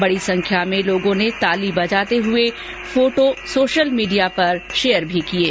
बड़ी संख्या में लोगों ने ताली बजाते हुए फोटो सोशल मीडिया पर शेयर किये